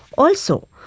also,